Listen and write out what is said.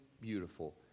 beautiful